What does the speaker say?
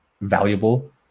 valuable